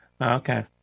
Okay